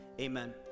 Amen